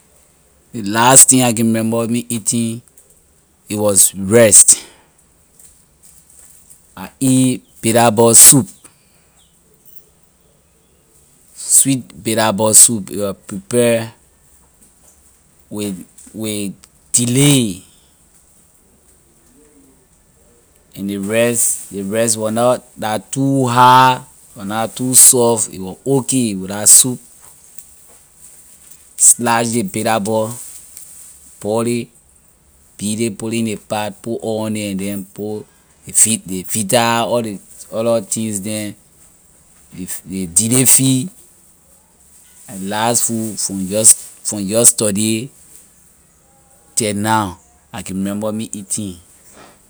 Ley last thing I can remember me eating it was rice I eat butterball soup sweet bitterball soup it was prepare with with delay and ley rice ley rice was not la too hard it was not too soft it was okay with la soup. Slice ley bitterball boil ley beat ley put ley in ley pot put oil on ley and then put ley vi- vita all ley other things neh ley fi- ley delay fee la ley last food from from yesterday tell now I can remember me eating.